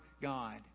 God